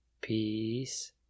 peace